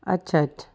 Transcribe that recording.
अच्छा अच्छा